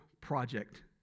project